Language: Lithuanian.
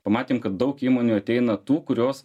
pamatėm kad daug įmonių ateina tų kurios